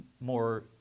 more